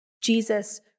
Jesus